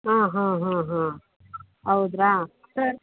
ಹಾಂ ಹಾಂ ಹಾಂ ಹಾಂ ಔದಾ ಸರಿ